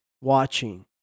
Watching